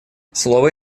слово